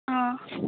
आं